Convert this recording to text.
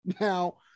Now